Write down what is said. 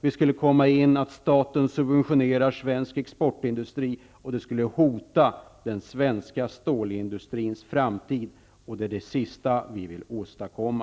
Det skulle hota den svenska stålindustrins framtid. Det är det sista vi vill åstadkomma.